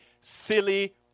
silly